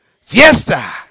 Fiesta